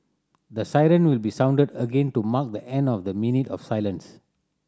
the siren will be sounded again to mark the end of the minute of silence